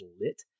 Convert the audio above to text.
lit